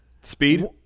Speed